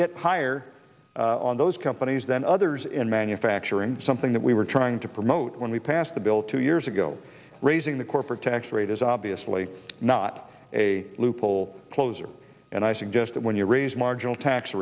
it higher on those companies than others in manufacturing something that we were trying to promote when we passed the bill two years ago raising the corporate tax rate is obviously not a loophole closer and i suggest that when you raise marginal tax